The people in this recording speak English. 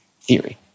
theory